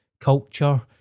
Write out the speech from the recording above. culture